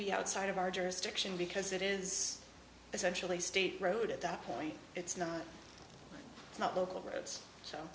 be outside of our jurisdiction because it is essentially state road at that point it's not it's not local roads